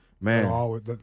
man